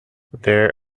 there